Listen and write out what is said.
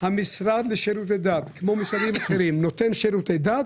המשרד לשירותי דת כמו משרדים אחרים נותן שירותי דת